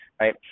Right